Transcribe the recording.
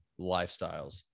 lifestyles